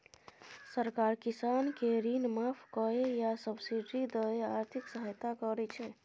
सरकार किसान केँ ऋण माफ कए या सब्सिडी दए आर्थिक सहायता करै छै